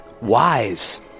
wise